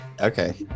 Okay